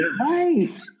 Right